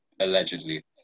allegedly